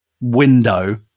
window